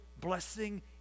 blessing